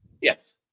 Yes